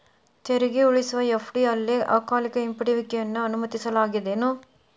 ತೆರಿಗೆ ಉಳಿಸುವ ಎಫ.ಡಿ ಅಲ್ಲೆ ಅಕಾಲಿಕ ಹಿಂಪಡೆಯುವಿಕೆಯನ್ನ ಅನುಮತಿಸಲಾಗೇದೆನು?